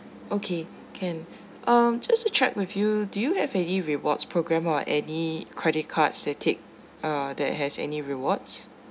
okay can um just to check with you do you have any rewards program or any credit cards that take uh that has any rewards